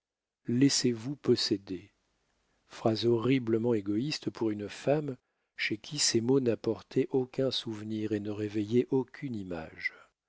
laissez-vous posséder phrase horriblement égoïste pour une femme chez qui ces mots n'apportaient aucun souvenir et ne réveillaient aucune image